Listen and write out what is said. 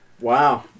Wow